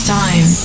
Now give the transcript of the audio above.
time